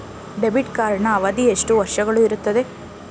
Debit ಕಾರ್ಡಿನ ಅವಧಿ ಎಷ್ಟು ವರ್ಷಗಳು ಇರುತ್ತದೆ?